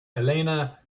elena